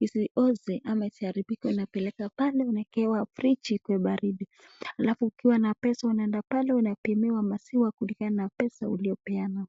isioze ama isiharibika unapeleka pale unaekewa friji ikue baridi. Alafu ukiwa na pesa unaenda pale unapimiwa maziwa kulingana na pesa uliyopeana.